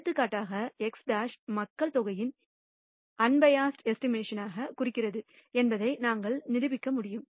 எடுத்துக்காட்டாக இந்த x̅ மக்கள் தொகையின் அன்பயாஸ்டுமதிப்பீட்டைக் குறிக்கிறது என்பதை நாங்கள் நிரூபிக்க முடியும்